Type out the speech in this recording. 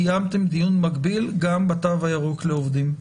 קיימתם דיון מקביל גם בתו הירוק לעובדים.